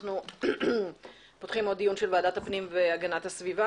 אנחנו פותחים עוד דיון של ועדת הפנים והגנת הסביבה.